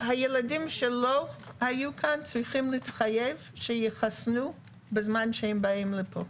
הילדים שלא היו כאן צריכים להתחייב שיתחסנו בזמן שבאים לפה.